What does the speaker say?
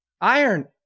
Iron